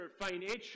financial